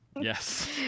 Yes